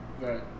Right